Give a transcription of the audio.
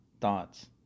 thoughts